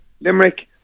Limerick